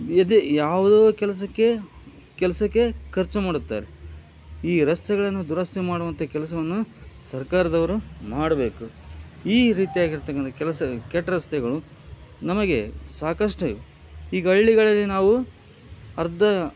ಇದೆ ಯಾವುದೋ ಕೆಲಸಕ್ಕೆ ಕೆಲಸಕ್ಕೆ ಖರ್ಚು ಮಾಡುತ್ತಾರೆ ಈ ರಸ್ತೆಗಳನ್ನು ದುರಸ್ತಿ ಮಾಡುವಂಥ ಕೆಲಸವನ್ನು ಸರ್ಕಾರ್ದವರು ಮಾಡಬೇಕು ಈ ರೀತಿಯಾಗಿರತಕ್ಕಂಥ ಕೆಲಸ ಕೆಟ್ಟ ರಸ್ತೆಗಳು ನಮಗೆ ಸಾಕಷ್ಟಿವೆ ಈಗ ಹಳ್ಳಿಗಳಲ್ಲಿ ನಾವು ಅರ್ಧ